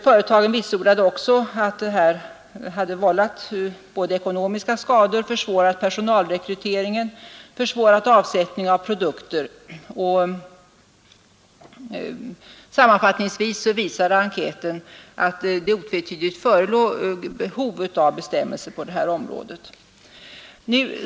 Företagen vitsordade också att påståendena hade vållat både ekonomiska skador, försvårat personalrekryteringen och avsättningen av produkter. Sammanfattningsvis visade enkäten att det otvetydigt förelåg behov av bestämmelser på detta område.